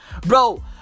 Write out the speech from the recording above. Bro